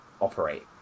operate